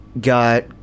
got